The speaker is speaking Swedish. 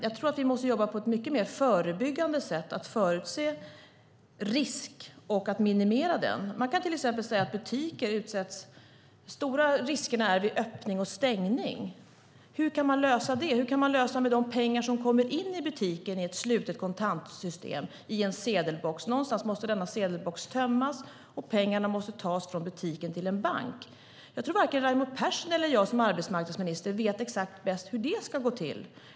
Jag tror att vi måste jobba på ett mycket mer förebyggande sätt, förutse risk och minimera den. Man kan till exempel säga att de stora riskerna butiker utsätts för är vid öppning och stängning. Hur kan man lösa det? Hur kan man lösa problemet med hanteringen av de pengar som kommer in i butiken i ett slutet kontantsystem, i en sedelbox? Någonstans måste denna sedelbox tömmas och pengarna måste tas från butiken till en bank. Jag tror att varken Raimo Pärssinen eller jag som arbetsmarknadsminister vet exakt hur det bäst ska gå till.